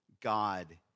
God